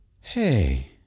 hey